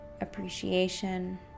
appreciation